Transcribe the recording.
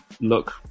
look